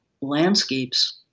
landscapes